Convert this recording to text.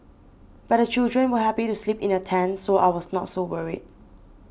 but the children were happy to sleep in the tent so I was not so worried